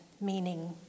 meaning